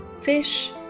fish